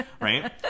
right